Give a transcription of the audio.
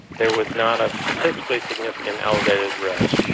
there was not a statistically significant elevated risk.